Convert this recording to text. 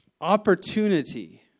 opportunity